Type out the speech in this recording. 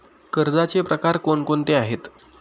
कर्जाचे प्रकार कोणकोणते आहेत?